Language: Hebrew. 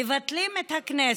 מבטלים את הכנסת.